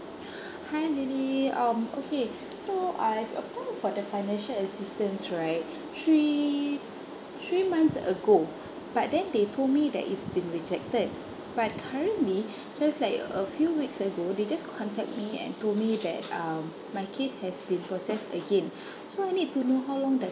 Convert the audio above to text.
hi lily um okay so I've applied for the financial assistance right three three months ago but then they told me that it's been rejected but currently just like a few weeks ago they just contact me and told me that um my case has been processed again so I need to know how long does